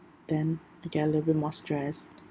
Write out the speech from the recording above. then like elevate more stress